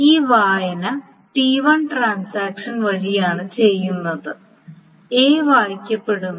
ഈ വായന T1 transaction വഴിയാണ് ചെയ്യുന്നത് A വായിക്കപ്പെടുന്നു